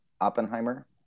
Oppenheimer